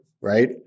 Right